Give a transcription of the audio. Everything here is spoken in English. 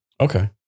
Okay